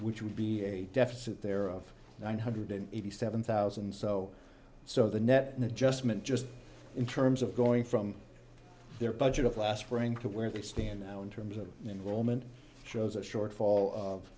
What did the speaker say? which would be a deficit there of one hundred eighty seven thousand so so the net an adjustment just in terms of going from their budget of last spring to where they stand now in terms of the woman shows a shortfall of